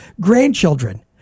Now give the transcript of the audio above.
Grandchildren